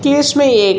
कि इस में एक